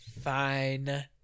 Fine